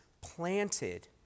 planted